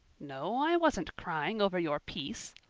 no, i wasn't crying over your piece,